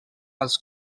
als